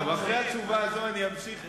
רגע, אבל, אחרי התשובה הזאת אני אמשיך,